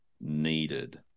needed